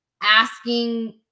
asking